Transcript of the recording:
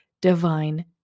divine